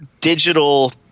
digital